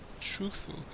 truthful